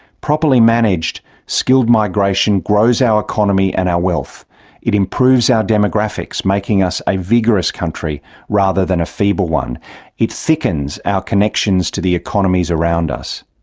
properly managed, skilled migration grows our economy and our wealth it improves our demographics, making us a vigorous country rather than a feeble one it thickens our connections to the economies around us.